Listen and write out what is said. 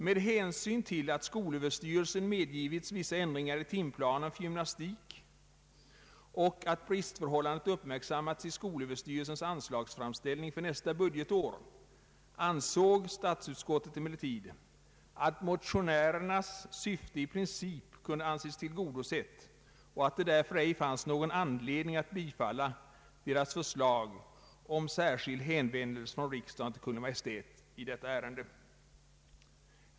Med hänsyn till att skolöverstyrelsen medgivit vissa ändringar i timplanen för gymnastik och att bristförhållandet uppmärksammats i skolöverstyrelsens anslagsframställning för nästa budgetår, ansåg statsutskottet emellertid att motionärernas syfte i princip kunde anses tillgodosett och att det därför ej fanns någon anledning att bifalla deras förslag om särskild hänvändelse från riksdagen till Kungl. Maj:t i ärendet.